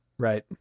Right